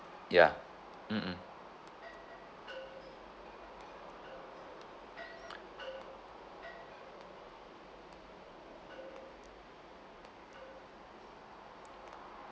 ya mm mm